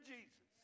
Jesus